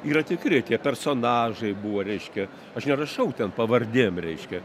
yra tikri tie personažai buvo reiškia aš nerašau ten pavardėm reiškia